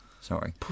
sorry